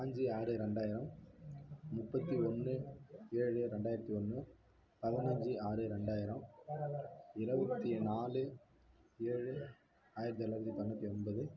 பாஞ்சு ஆறு ரெண்டாயிரம் முப்பத்தி ஒன்று ஏழு ரெண்டாயிரத்தி ஒன்று பதினைஞ்சு ஆறு ரெண்டாயிரம் இருபத்தி நாலு ஏழு ஆயிரத்தி தொள்ளாயிரத்தி தொண்ணூற்றி ஒன்பது